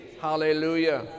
Hallelujah